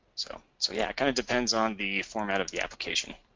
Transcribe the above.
so, so yeah! it kind of depends on the format of the application.